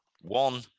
one